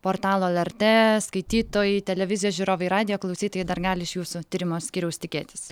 portalo lrt skaitytojai televizijos žiūrovai radijo klausytojai dar gali iš jūsų tyrimo skyriaus tikėtis